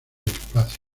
espacio